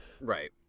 Right